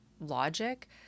logic